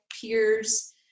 peers